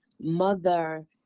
mother